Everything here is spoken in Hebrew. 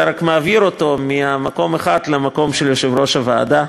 אתה רק מעביר אותו ממקום אחד למקום של יושב-ראש הוועדה.